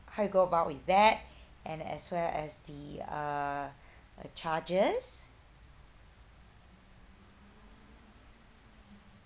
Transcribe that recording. how we go about with that and as well as the uh the charges